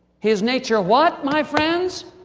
his nature, what my friends.